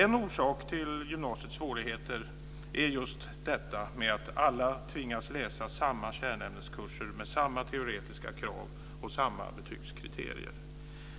En orsak till gymnasiets svårigheter är just att alla tvingas läsa samma kärnämneskurser med samma teoretiska krav och samma betygskriterier.